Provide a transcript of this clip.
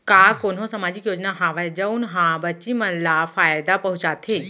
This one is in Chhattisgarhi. का कोनहो सामाजिक योजना हावय जऊन हा बच्ची मन ला फायेदा पहुचाथे?